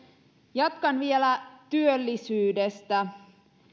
jatkan vielä työllisyydestä